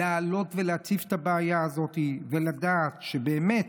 להעלות ולהציף את הבעיה הזו ולדעת שבאמת